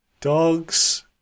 Dogs